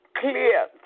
clear